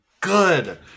good